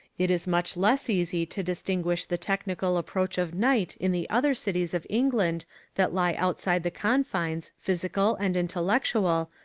it is much less easy to distinguish the technical approach of night in the other cities of england that lie outside the confines, physical and intellectual,